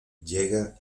llega